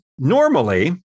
Normally